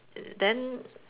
then